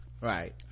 right